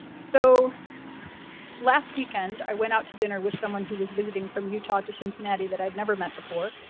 so last weekend, i went out to dinner with someone who was visiting from utah to cincinnati that i'd never met before.